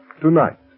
tonight